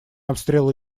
обстрелы